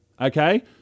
okay